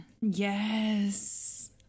yes